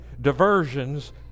diversions